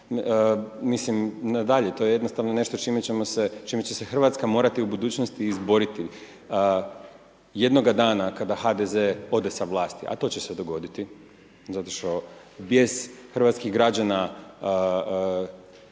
Mislim, nadalje, to je jednostavno nešto s čime će se Hrvatska morati u budućnosti izboriti jednoga dana kada HDZ ode s vlasti a to će se dogoditi, zato što vijest hrvatskih građana,